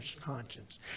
conscience